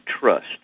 trust